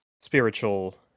spiritual